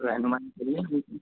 رہنمائی کریے ان کی